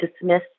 dismiss